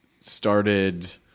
started